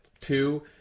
two